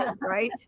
right